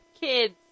kids